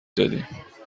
دادیم